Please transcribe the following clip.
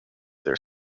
their